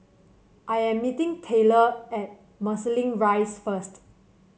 I am meeting Tayler at Marsiling Rise first